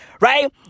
Right